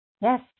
Yes